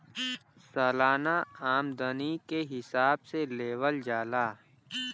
सालाना आमदनी के हिसाब से लेवल जाला